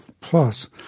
Plus